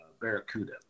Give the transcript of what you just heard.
barracuda